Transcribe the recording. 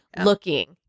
looking